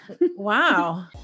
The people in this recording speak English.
wow